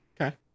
Okay